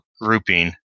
grouping